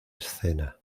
escena